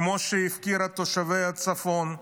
כמו שהיא הפקירה את תושבי הצפון,